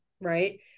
right